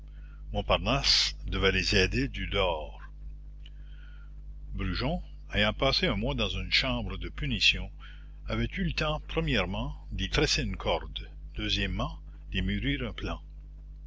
montparnasse devait les aider du dehors brujon ayant passé un mois dans une chambre de punition avait eu le temps premièrement d'y tresser une corde deuxièmement d'y mûrir un plan